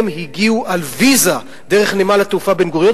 הגיעו על ויזה דרך נמל התעופה בן-גוריון,